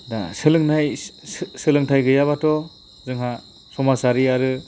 दा सोलोंथाय गैयाबाथ' जोंहा समाजारि आरो